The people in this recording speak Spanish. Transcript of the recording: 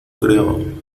creo